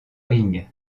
ring